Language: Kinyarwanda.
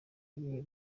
y’i